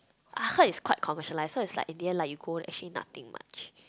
I heard is quite commercialise so is like at the end like you go actually nothing much